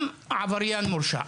גם עבריין מורשע.